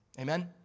Amen